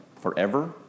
forever